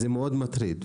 זה מאוד מטריד,